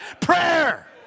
prayer